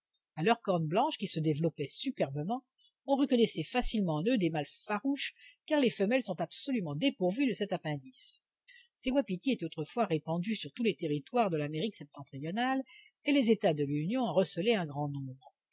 à leurs cornes blanches qui se développaient superbement on reconnaissait facilement en eux des mâles farouches car les femelles sont absolument dépourvues de cet appendice ces wapitis étaient autrefois répandus sur tous les territoires de l'amérique septentrionale et les états de l'union en recelaient un grand nombre